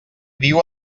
viu